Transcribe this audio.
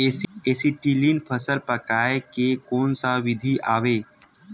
Acetylene फल पकाय के कोन सा विधि आवे?